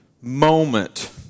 moment